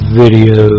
video